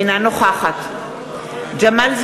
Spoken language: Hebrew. אינה נוכחת ג'מאל זחאלקה,